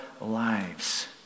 lives